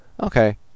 Okay